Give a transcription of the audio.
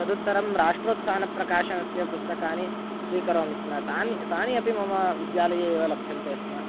तदुत्तरं राष्ट्रोत्थानप्रकाशनस्य पुस्तकानि स्वीकरोमि स्म तानि तानि अपि मम विद्यालये एव लभ्यन्ते स्म